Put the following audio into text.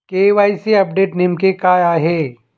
KYC update नेमके काय आहे?